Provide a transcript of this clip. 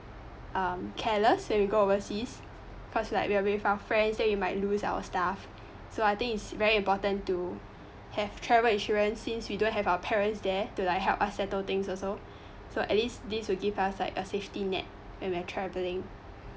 um careless when we go overseas because like we are with our friends then we might lose our stuff so I think is very important to have travel insurance since we don't have our parents there to like help us settle things also so at least this will give us like a safety net when we're travelling